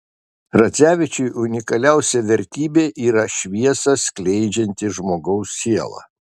radzevičiui unikaliausia vertybė yra šviesą skleidžianti žmogaus siela